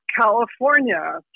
California